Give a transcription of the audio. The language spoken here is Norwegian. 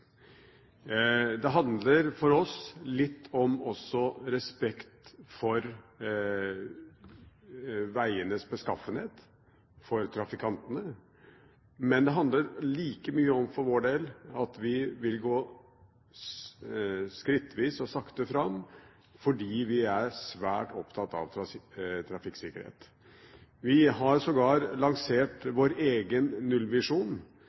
oss handler det også litt om respekt for vegenes beskaffenhet og for trafikantene, men like mye om at vi vil gå skrittvis og sakte fram, fordi vi er svært opptatt av trafikksikkerhet. Vi har sågar lansert vår egen nullvisjon.